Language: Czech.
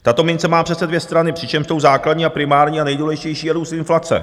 Tato mince má přece dvě strany, přičemž tou základní a primární a nejdůležitější je růst inflace.